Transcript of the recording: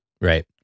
Right